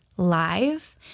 live